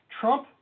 Trump